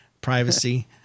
Privacy